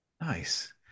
Nice